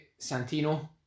Santino